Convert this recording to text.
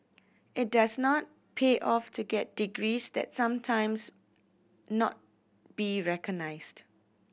it does not pay off to get degrees that sometimes not be recognised